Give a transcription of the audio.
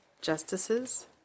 Justices